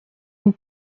une